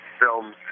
films